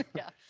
yeah.